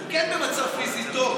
הוא כן במצב פיזי טוב.